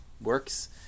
Works